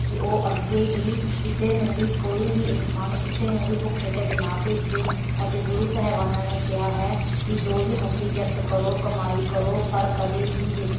ਕਿ ਉਹ ਅੱਗੇ ਵੀ ਕਿਸੇ ਨੂੰ ਵੀ ਕੋਈ ਵੀ ਇਨਸਾਨ ਕਿਸੇ ਨੂੰ ਵੀ ਭੁੱਖੇ ਢਿੱਡ ਨਾ ਭੇਜੇ ਅਤੇ ਗੁਰੂ ਸਾਹਿਬਾਨਾਂ ਨੇ ਕਿਹਾ ਹੈ ਕਿ ਜੋ ਵੀ ਹੱਥੀਂ ਕਿਰਤ ਕਰੋ ਕਮਾਈ ਕਰੋ ਪਰ ਕਦੇ ਵੀ ਜ਼ਿੰ